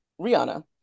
Rihanna